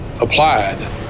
applied